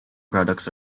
products